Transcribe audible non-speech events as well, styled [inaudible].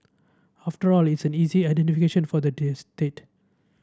after all it's an easy identification for the [unintelligible] state